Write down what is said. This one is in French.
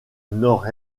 nord